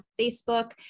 Facebook